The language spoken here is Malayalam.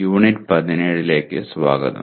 യൂണിറ്റ് 17 ലേക്ക് സ്വാഗതം